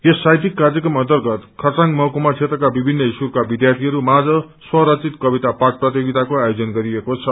यस साहित्यिक कार्यक्रम अर्न्तगत खरसाङ महकुमा क्षेत्रका विभिन्न स्कूलका विध्यार्थीहरू माझ स्व रचित कविता पाठ प्रतियोगिताको आयोजन गरिएको छ